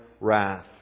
wrath